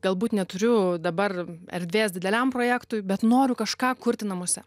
galbūt neturiu dabar erdvės dideliam projektui bet noriu kažką kurti namuose